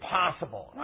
possible